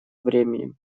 временем